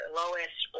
lowest